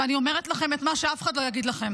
ואני אומרת לכם את מה שאף אחד לא יגיד לכם,